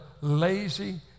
lazy